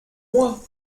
moi